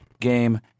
game